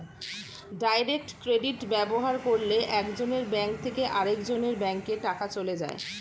direct credit ব্যবহার করলে একজনের ব্যাঙ্ক থেকে আরেকজনের ব্যাঙ্কে টাকা চলে যায়